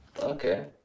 Okay